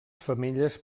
femelles